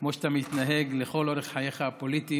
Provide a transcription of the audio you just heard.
כמו שאתה מתנהג לכל אורך חייך הפוליטיים,